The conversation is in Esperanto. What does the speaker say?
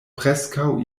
preskaŭ